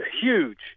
huge